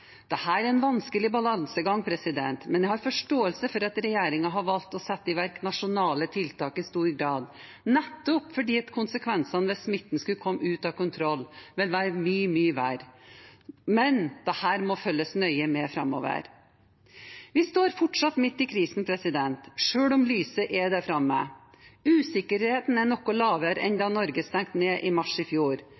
er en vanskelig balansegang, men jeg har forståelse for at regjeringen har valgt å sette i verk nasjonale tiltak i stor grad, nettopp fordi konsekvensene hvis smitten skulle komme ut av kontroll, vil være mye, mye verre. Men dette må følges nøye med på framover. Vi står fortsatt midt i krisen, selv om lyset er der framme. Usikkerheten er noe lavere nå enn da